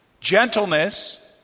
gentleness